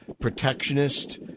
protectionist